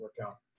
workout